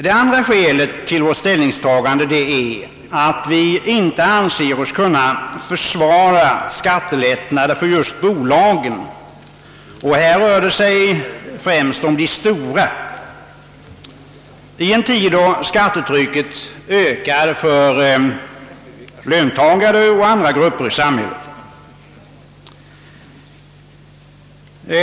Det andra skälet till vårt ställningstagande är att vi inte anser oss kunna försvara skattelättnader för just bolagen — och här rör det sig främst om de stora — i en tid då skattetrycket ökar för löntagare och andra grupper i samhället.